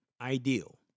ideal